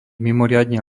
mimoriadne